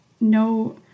no